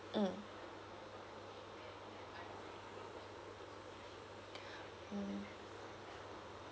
mm mm